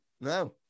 no